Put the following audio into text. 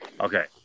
Okay